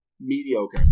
mediocre